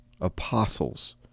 apostles